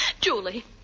Julie